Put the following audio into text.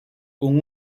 con